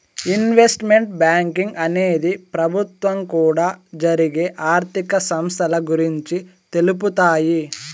investment banking అనేది ప్రభుత్వం కూడా జరిగే ఆర్థిక సంస్థల గురించి తెలుపుతాయి